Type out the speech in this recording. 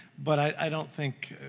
but i don't think,